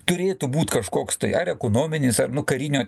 turėtų būt kažkoks tai ar ekonominis ar nu karinio